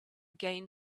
gain